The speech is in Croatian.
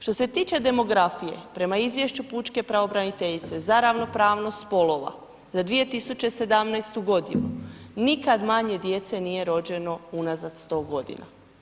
Što se tiče demografije prema Izvješću pučke pravobraniteljice za ravnopravnost spolova za 2017. godinu, nikad manje djece nije rođeno unazad 100 godina.